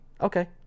Okay